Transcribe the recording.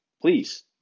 Please